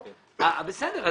בסדר.